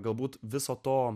galbūt viso to